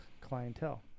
clientele